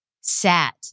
SAT